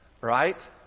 right